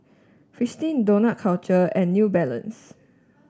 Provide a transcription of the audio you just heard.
Fristine Dough Culture and New Balance